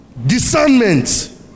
Discernment